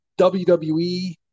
WWE